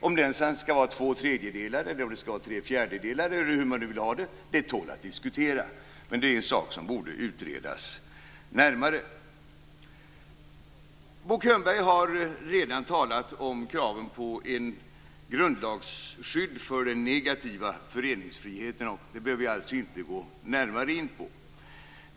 Om den sedan skall vara två tredjedelar, tre fjärdedelar eller hur man nu vill ha det tål att diskutera. Men det är en sak som borde utredas närmare. Bo Könberg har redan talat om kraven på ett grundlagsskydd för den negativa föreningsfriheten. Det behöver jag alltså inte gå närmare in på.